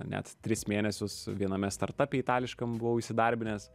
net tris mėnesius viename start ape itališkam buvau įsidarbinęs